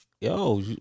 Yo